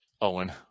Owen